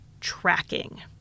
tracking